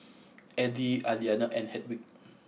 Eddie Aliana and Hedwig